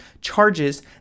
charges